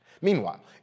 Meanwhile